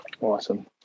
Awesome